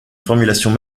formulation